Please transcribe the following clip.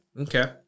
okay